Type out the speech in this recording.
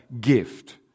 gift